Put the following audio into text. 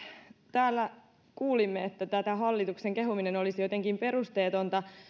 täällä kuulimme että hallituksen kehuminen olisi jotenkin perusteetonta